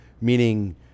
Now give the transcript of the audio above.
meaning